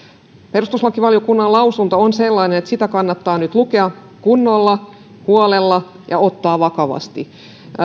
perustuslakivaliokunnan lausunto on sellainen että sitä kannattaa nyt lukea kunnolla huolella ja ottaa se vakavasti